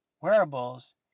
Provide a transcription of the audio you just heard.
wearables